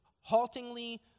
haltingly